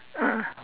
ah